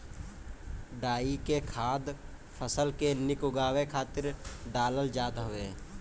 डाई के खाद फसल के निक उगावे खातिर डालल जात हवे